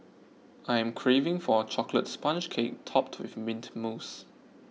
I am craving for a Chocolate Sponge Cake Topped with Mint Mousse